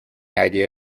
idea